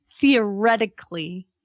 theoretically